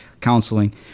counseling